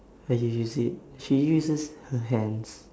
where you use it she uses her hands